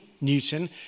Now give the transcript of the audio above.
Newton